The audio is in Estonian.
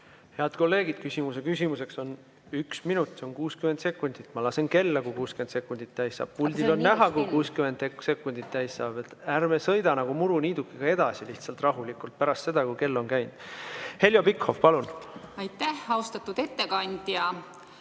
Head kolleegid! Küsimuse küsimiseks on üks minut, see on 60 sekundit. Ma lasen kella, kui 60 sekundit täis saab. Puldil on näha, kui 60 sekundit täis saab. Ärme sõidame nagu muruniidukiga lihtsalt rahulikult edasi, pärast seda, kui kell on käinud. Heljo Pikhof, palun! Head kolleegid!